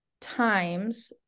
times